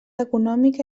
econòmica